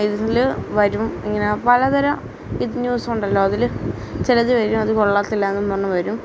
ഇതില് വരും ഇങ്ങനെ പലതരം ഇത് ന്യൂസ് ഉണ്ടല്ലോ അതില് ചിലതിൽ വരും അത് കൊള്ളത്തില്ല എന്ന് പറഞ്ഞു വരും